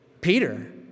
Peter